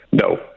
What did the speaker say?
No